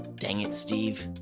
dang it, steve.